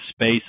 space